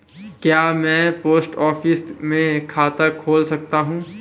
क्या मैं post office में खाता खोल सकता हूँ?